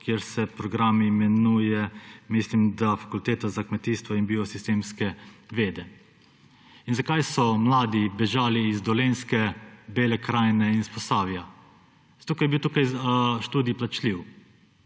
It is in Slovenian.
kjer se program imenuje, mislim da, Fakulteta za kmetijstvo in biosistemske vede. In zakaj so mladi bežali z Dolenjske, Bele krajine in Posavja? Zato ker je bil tu študij plačljiv.